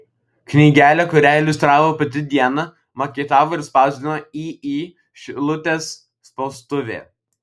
knygelę kurią iliustravo pati diana maketavo ir spausdino iį šilutės spaustuvė